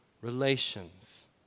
relations